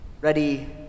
ready